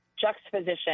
juxtaposition